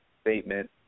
statement